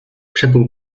przebył